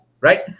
right